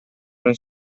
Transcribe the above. non